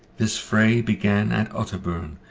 this fray began at otterburn,